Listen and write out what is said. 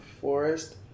forest